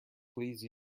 please